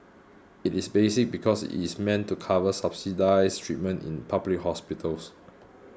it is basic because it is meant to cover subsidised treatment in public hospitals